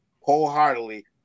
wholeheartedly